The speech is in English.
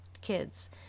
kids